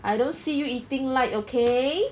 I don't see you eating light okay